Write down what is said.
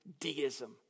deism